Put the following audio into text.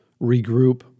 regroup